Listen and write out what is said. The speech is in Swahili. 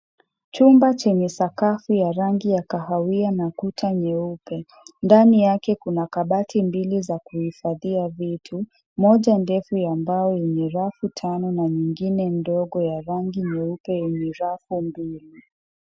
Chumba chenye sakafu ya rangi kahawia na kuta nyeupe ndani yake kuna kabati mbili za kuhifadhia vitu moja ndefu ya mbao yenye rafu tano na nyingine ndogo ya rangi nyeupe yenye rafu mbili.